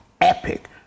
epic